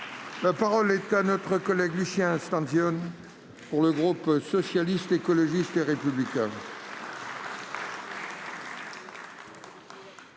La parole est à M. Lucien Stanzione, pour le groupe Socialiste, Écologiste et Républicain.